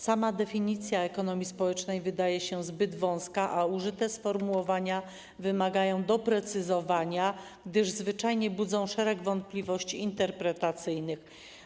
Sama definicja ekonomii społecznej wydaje się zbyt wąska, a użyte sformułowania wymagają doprecyzowania, gdyż zwyczajnie budzą szereg wątpliwości interpretacyjnych.